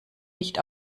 nicht